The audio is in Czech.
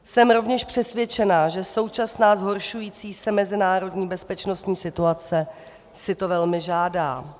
Jsem rovněž přesvědčena, že současná zhoršující se mezinárodní bezpečností situace si to velmi žádá.